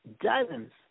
dozens